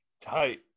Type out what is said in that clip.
Tight